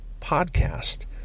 podcast